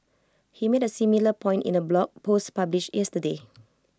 he made A similar point in A blog post published yesterday